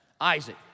Isaac